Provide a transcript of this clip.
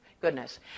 Goodness